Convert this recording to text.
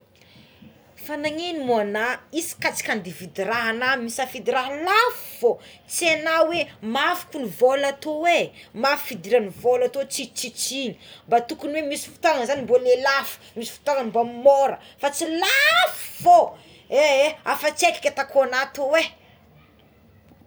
Fa nagnigno mo anaha isaky tsika ndeha ividy raha ana misafidy raha lafo fogna tsy haignao oe mafy tô ny vola toé mafy fidiran'ny vola toé tsisitsitsigna mba tokony oe misy fotoana mba ilay lafo misy fotogna mba le môra fa tsy lafo fô e afa tsy aiko ke ataoko ana tô é.